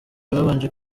babanje